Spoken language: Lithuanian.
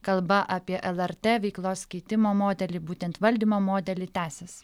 kalba apie lrt veiklos keitimo modelį būtent valdymo modelį tęsiasi